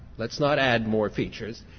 let's not add more features.